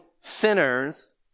sinners